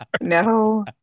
No